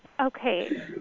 Okay